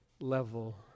level